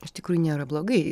iš tikrųjų nėra blogai